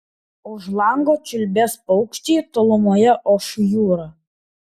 už lango čiulbės paukščiai tolumoje oš jūra